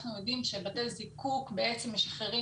אנחנו יודעים שבתי זיקוק בעצם משחררים